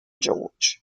george